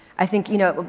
i think, you know,